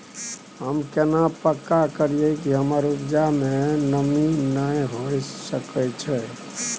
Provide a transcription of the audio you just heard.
हम केना पक्का करियै कि हमर उपजा में नमी नय होय सके छै?